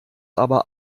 aber